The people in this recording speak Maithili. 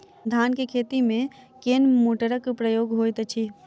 धान केँ खेती मे केँ मोटरक प्रयोग होइत अछि?